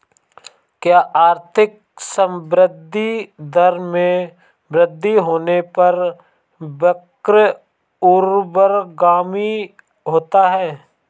क्या आर्थिक संवृद्धि दर में वृद्धि होने पर वक्र ऊर्ध्वगामी होता है?